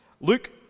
Luke